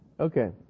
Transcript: okay